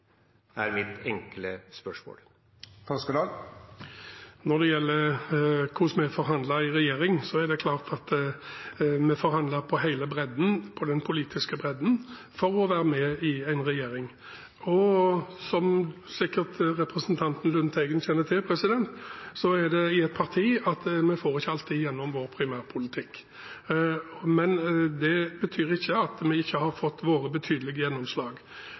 er mitt enkle spørsmål. Når det gjelder hvordan vi forhandlet i regjering, er det klart at vi forhandlet på hele den politiske bredden for å være med i en regjering. Som sikkert representanten Lundteigen kjenner til, er det ikke alltid et parti får gjennom primærpolitikken sin. Men det betyr ikke at vi ikke har fått våre betydelige gjennomslag.